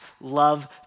love